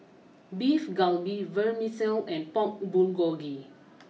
Beef Galbi Vermicelli and Pork Bulgogi